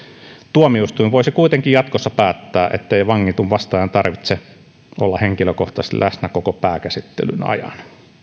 tuomioistuin voisi kuitenkin jatkossa päättää ettei vangitun vastaajan tarvitse olla henkilökohtaisesti läsnä koko pääkäsittelyn ajan